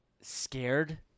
scared